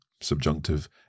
subjunctive